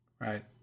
Right